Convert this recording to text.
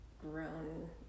grown